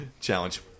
Challenge